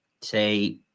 say